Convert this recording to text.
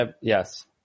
Yes